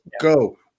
go